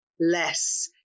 less